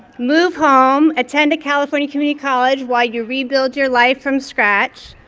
move home, attend a california community college while you rebuild your life from scratch.